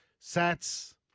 Sats